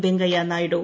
Venkaiah Naidu